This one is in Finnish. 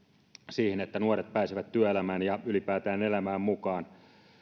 sille että nuoret pääsevät työelämään ja ylipäätään elämään mukaan